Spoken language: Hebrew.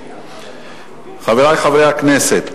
חברי חברי הכנסת,